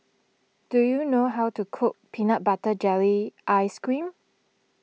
do you know how to cook Peanut Butter Jelly Ice Cream